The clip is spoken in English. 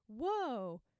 whoa